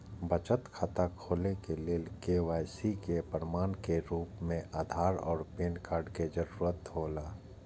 बचत खाता खोले के लेल के.वाइ.सी के प्रमाण के रूप में आधार और पैन कार्ड के जरूरत हौला